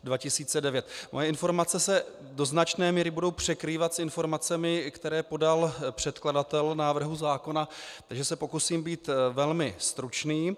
Moje informace se do značné míry budou překrývat s informacemi, které podal předkladatel návrhu zákona, takže se pokusím být velmi stručný.